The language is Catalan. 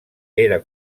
era